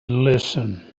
listen